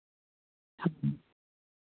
ᱦᱮᱸ